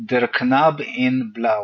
"Der Knabe in Blau".